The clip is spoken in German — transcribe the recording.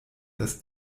das